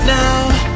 now